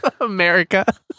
america